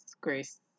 grace